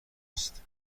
است